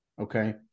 okay